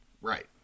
Right